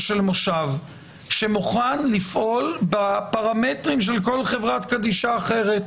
של מושב שמוכן לפעול בפרמטרים של כל חברה קדישא אחרת,